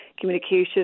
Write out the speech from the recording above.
communication